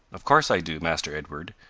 of course i do, master edward,